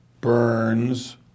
Burns